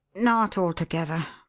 not altogether.